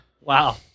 Wow